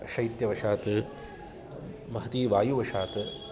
शैत्यवशात् महती वायुवशात्